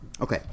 Okay